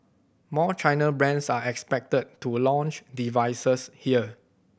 more China brands are expected to launch devices here